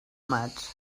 much